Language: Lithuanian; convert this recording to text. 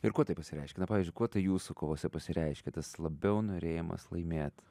ir kuo tai pasireiškia na pavyzdžiui kuo tai jūsų kovose pasireiškia tas labiau norėjimas laimėt